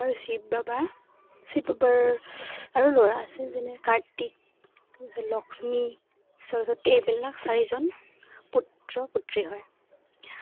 আৰু শিৱ বাবা শিৱ বাবাৰ আৰু ল'ৰা আছে যেনে কাৰ্তিক তাৰ পিছত লক্ষ্মী সৰস্বতী এইবিলাক চাৰিজন পুত্ৰ পুত্ৰী হয়